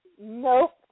Nope